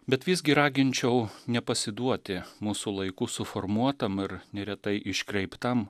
bet visgi raginčiau nepasiduoti mūsų laikų suformuotam ir neretai iškreiptam